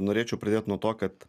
norėčiau pradėt nuo to kad